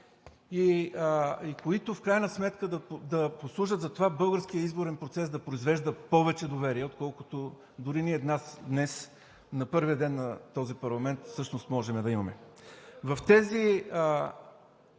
и които в крайна сметка да послужат за това – българският изборен процес да произвежда повече доверие, отколкото дори ние днес, на първия ден на този парламент всъщност можем да имаме.